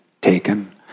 taken